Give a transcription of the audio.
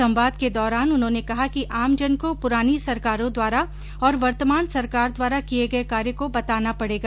संवाद के दौरान उन्होंने कहा कि आमजन को पुरानी सरकारों द्वारा और वर्तमान सरकार द्वारा किए गए कार्य को बताना पड़ेगा